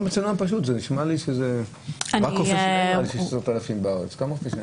רק רופאי שיניים יש 10,000 בארץ.